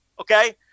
Okay